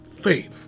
faith